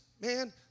man